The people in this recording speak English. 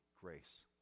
grace